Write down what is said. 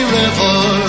river